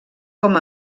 com